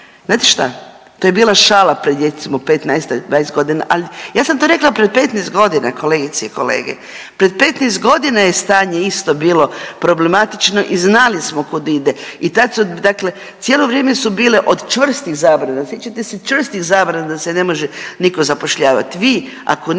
Znate šta, to je bila šala prije recimo 15-20 godina, ali ja sam to rekla 15 godina kolegice i kolege, pred 15 godina je stanje isto bilo problematično i znali smo kud ide i tad su, dakle cijelo vrijeme su bile od čvrstih zabrana. Sjećate se čvrsti zabrana da se ne može niko zapošljavati. Vi ako nikog ne